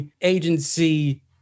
agency